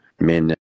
Men